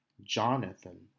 Jonathan